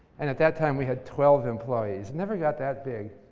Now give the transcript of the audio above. and that that time we had twelve employees. it never got that big.